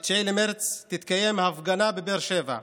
ב-9 במרץ תתקיים הפגנה בבאר שבע.